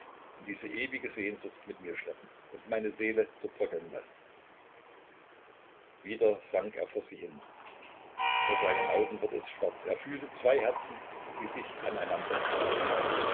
diese ewige sehnsucht mit mir schleppen und meine seele zerbröckeln lassen wieder sank er vor sie hin vor seinen augen wurde es schwarz er fühlte zwei herzen die sich